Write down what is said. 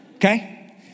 Okay